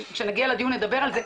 כשנגיע לדיון נדבר על זה,